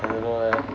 I don't know leh